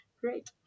Great